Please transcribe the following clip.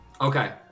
okay